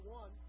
one